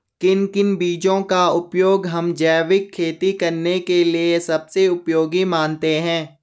किन किन बीजों का उपयोग हम जैविक खेती करने के लिए सबसे उपयोगी मानते हैं?